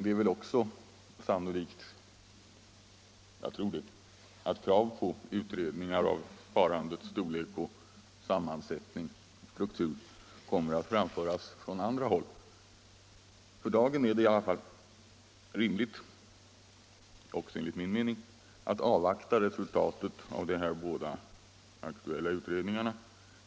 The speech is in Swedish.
Det är också sannolikt att krav på utredningar av sparandets storlek, sammansättning och struktur kommer att framföras från andra håll. För dagen är det i alla fall rimligt, också enligt min mening, att avvakta resultaten av de båda aktuella utredningarna.